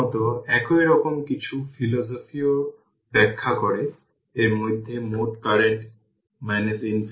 সুতরাং এটি হল i t এবং এখানে এই iC কারেন্ট প্রবাহিত হচ্ছে